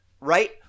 right